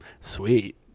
Sweet